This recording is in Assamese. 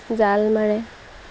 জাল মাৰে